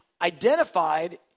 identified